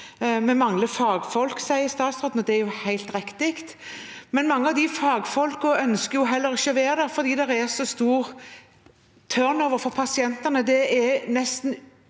Vi mangler fagfolk, sier statsråden, og det er helt riktig. Men mange av de fagfolkene ønsker heller ikke å være der, fordi det er så stor turnover for pasientene.